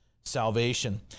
salvation